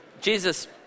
Jesus